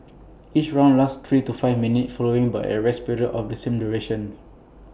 each round lasts three to five minutes following by A rest period of the same duration